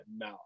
no